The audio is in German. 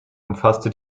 umfasste